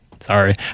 Sorry